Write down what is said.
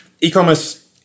E-commerce